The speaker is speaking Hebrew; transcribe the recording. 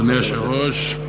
אדוני היושב-ראש,